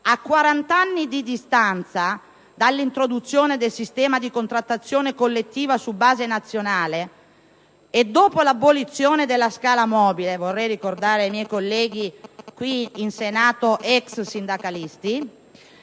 A quarant'anni di distanza dall'introduzione del sistema di contrattazione collettiva su base nazionale e dopo l'abolizione della scala mobile - vorrei ricordarlo ai miei colleghi senatori *ex* sindacalisti